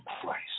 Christ